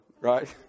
right